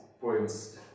points